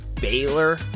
Baylor